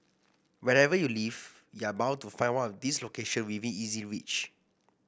wherever you live you are bound to find one of these location within easy reach